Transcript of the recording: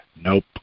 nope